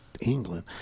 England